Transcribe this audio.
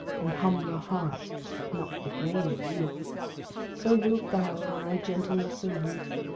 and humbler heart, if not the brain of youth so wilt thou, in thy gentleness and ruth,